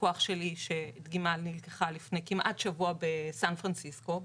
מלקוח שלי שדגימה נלקחה לפני כמעט שבוע בסן פרנסיסקו,